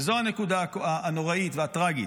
וזו הנקודה הנוראית והטרגית,